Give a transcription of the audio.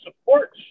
supports